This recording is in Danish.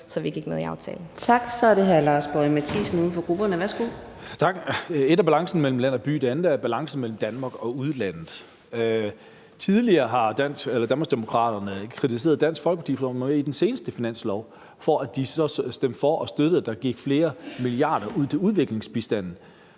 (Karina Adsbøl): Tak. Så er det hr. Lars Boje Mathiesen, uden for grupperne. Værsgo. Kl. 10:30 Lars Boje Mathiesen (UFG): Tak. Et er balancen mellem land og by, noget andet er balancen mellem Danmark og udlandet. Tidligere har Danmarksdemokraterne kritiseret Dansk Folkeparti for, at man var med i den seneste finanslov, og for, at de altså stemte for og støttede, at der gik flere milliarder kroner ud til udviklingsbistanden.